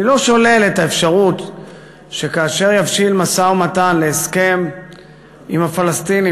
אני לא שולל את האפשרות שכאשר יבשיל משא-ומתן להסכם עם הפלסטינים,